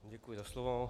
Děkuji za slovo.